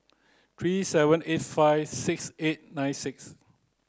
three seven eight five six eight nine six